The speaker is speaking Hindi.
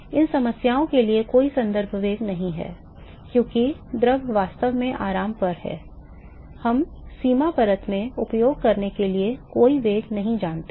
इन समस्याओं के लिए कोई संदर्भ वेग नहीं है क्योंकि द्रव वास्तव में आराम पर है हम सीमा परत में उपयोग करने के लिए कोई वेग नहीं जानते हैं